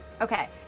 Okay